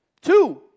two